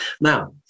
Now